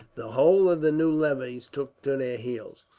the whole of the new levies took to their heels,